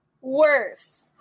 Worse